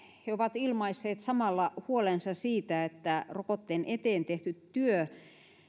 he ovat ilmaisseet samalla huolensa siitä että rokotteen eteen tehty työ